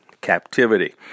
captivity